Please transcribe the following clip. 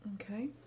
Okay